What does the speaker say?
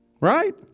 Right